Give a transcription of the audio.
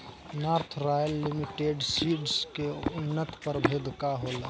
North Royal Limited Seeds के उन्नत प्रभेद का होला?